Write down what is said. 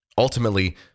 Ultimately